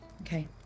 Okay